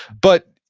but,